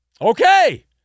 Okay